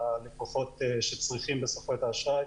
ללקוחות שצריכים בסופו של דבר את האשראי,